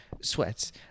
sweats